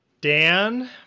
Dan